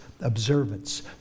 observance